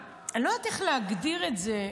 אני לא יודעת איך להגדיר את זה.